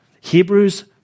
Hebrews